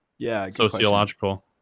sociological